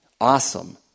awesome